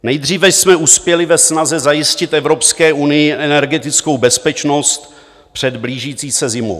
Nejdříve jsme uspěli ve snaze zajistit Evropské unii energetickou bezpečnost před blížící se zimou.